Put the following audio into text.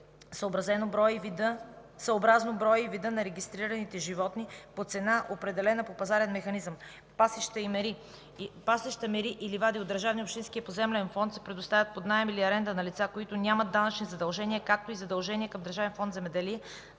съобразно броя и вида на регистрираните животни, по цена, определена по пазарен механизъм. Пасища, мери и ливади от държавния и общинския поземлен фонд се предоставят под наем или аренда на лица, които нямат данъчни задължения, както и задължения към Държавен фонд „Земеделие”,